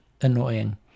annoying